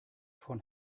von